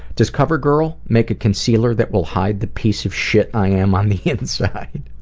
does covergirl make a concealer that will hide the piece of shit i am on the inside?